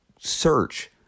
search